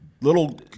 little